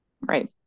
Right